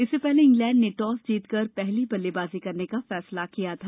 इससे पहले इंग्लैंड ने टॉस जीतकर पहले बल्लेबाजी करने का फैसला किया था